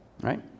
Right